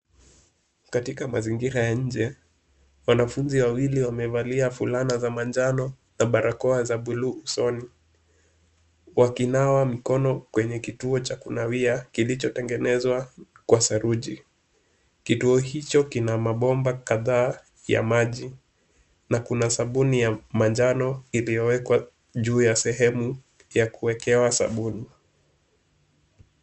Katika mazingira ya nje, wanafunzi wawili wamevalia fulana za manjano na barakoa za buluu usoni wakinawa mikono kwenye kituo cha kunawia kilichotengenezwa kwa saruji. Kituo hicho kina mabomba kadhaa ya maji na kuna sabuni ya manjano iliyowekwa juu ya sehemu ya kuwekewa sabuni.